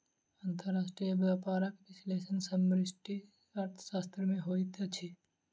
अंतर्राष्ट्रीय व्यापारक विश्लेषण समष्टि अर्थशास्त्र में होइत अछि